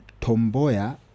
Tomboya